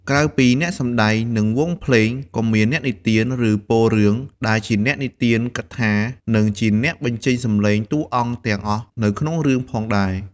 ក្រៅពីអ្នកសម្ដែង និងវង់ភ្លេង ក៏មានអ្នកនិទានរឿង ឬពោលរឿង ដែលជាអ្នកនិទានកថានិងជាអ្នកបញ្ចេញសំឡេងតួអង្គទាំងអស់នៅក្នុងរឿងផងដែរ។